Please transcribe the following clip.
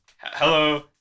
Hello